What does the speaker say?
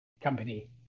company